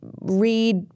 Read